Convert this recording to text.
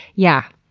yeah.